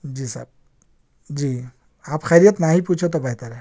جی sir جی آپ خیریت نہ ہی پوچھو تو بہتر ہے